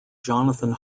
jonathan